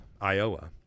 Iowa